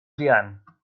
fuan